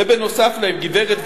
זאת הבעיה,